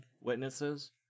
witnesses